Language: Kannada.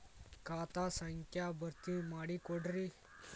ಖಾತಾ ಸಂಖ್ಯಾ ಭರ್ತಿ ಮಾಡಿಕೊಡ್ರಿ